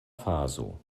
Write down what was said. faso